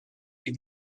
est